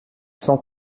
cent